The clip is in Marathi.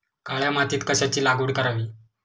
काळ्या मातीत कशाची लागवड करावी?